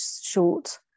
short